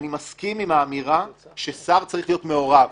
שאני מסכים עם האמירה ששר צריך להיות מעורב,